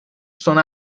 sona